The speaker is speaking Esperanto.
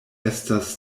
estas